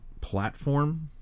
platform